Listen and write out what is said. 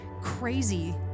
crazy